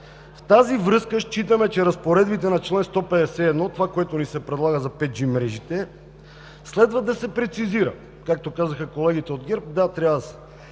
„В тази връзка считаме, че разпоредбите на чл. 151…“ – това, което ни се предлага за 5G мрежите, следва да се прецизира, както казаха колегите от ГЕРБ – да, трябва да се